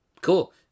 Cool